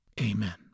Amen